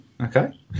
Okay